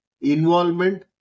involvement